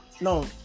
No